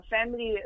Family